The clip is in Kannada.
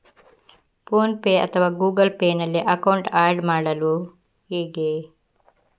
ಫೋನ್ ಪೇ ಅಥವಾ ಗೂಗಲ್ ಪೇ ನಲ್ಲಿ ಅಕೌಂಟ್ ಆಡ್ ಮಾಡುವುದು ಹೇಗೆ?